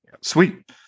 Sweet